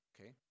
Okay